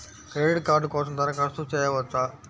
Credit card కోసం దరఖాస్తు చేయవచ్చా?